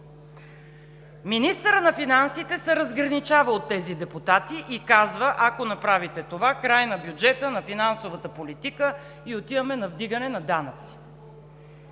Министърът на финансите се разграничава от тези депутати и казва: „Ако направите това, край на бюджета, на финансовата политика и отиваме на вдигане на данъци!?“